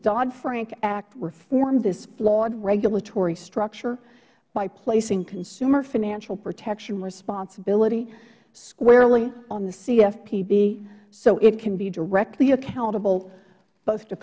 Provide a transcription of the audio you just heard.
doddfrank act reformed this flawed regulatory structure by placing consumer financial protection responsibility squarely on the cfpb so it can be directly accountable both to